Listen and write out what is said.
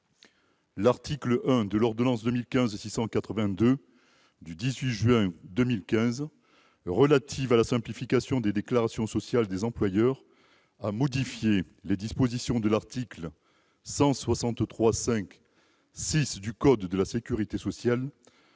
L'article 1 de l'ordonnance n° 2015-682 du 18 juin 2015 relative à la simplification des déclarations sociales des employeurs a modifié les dispositions de l'article L. 133-5-6 du code de la sécurité sociale